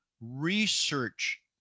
research